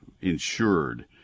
insured